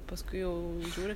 paskui jau žiūri